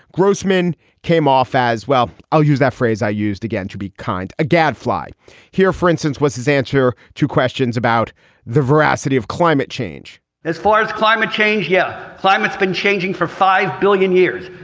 grossman came off as well. i'll use that phrase i used again to be kind a gadfly here, for instance, was his answer to questions about the veracity of climate change as far as climate change, yeah, climate's been changing for five billion years.